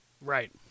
Right